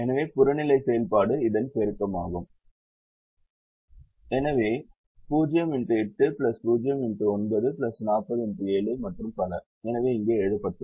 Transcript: எனவே புறநிலை செயல்பாடு இதன் பெருக்கமாகும் எனவே 0x8 0x9 40x7 மற்றும் பல எனவே இங்கே எழுதப்பட்டுள்ளது